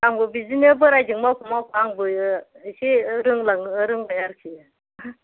आंबो बिदिनो बोरायजों मावफा मावफा आंबो इसे रोंलांदों रोंबाय आरोखि